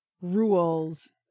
rules